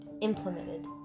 implemented